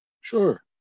Sure